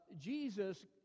Jesus